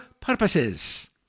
purposes